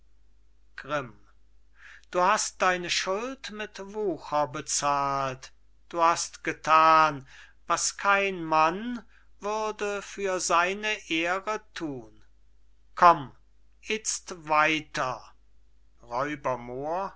grimm du hast deine schuld mit wucher bezahlt du hast gethan was kein mann würde für seine ehre thun kommt itzt weiter